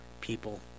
people